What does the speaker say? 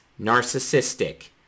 narcissistic